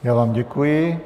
Já vám děkuji.